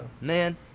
Man